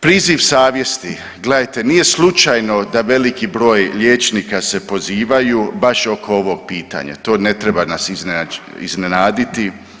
Priziv savjesti, gledajte nije slučajno da veliki broj liječnika se pozivaju baš oko ovog pitanja, to ne treba nas iznenaditi.